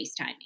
FaceTiming